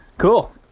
cool